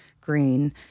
Green